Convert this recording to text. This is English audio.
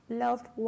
loved